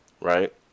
right